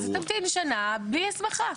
אז היא תמתין שנה בלי הסמכה.